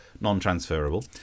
non-transferable